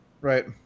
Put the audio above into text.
Right